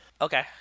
Okay